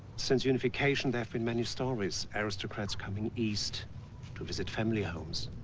since unification there have been many stories. aristocrats coming east to visit family homes.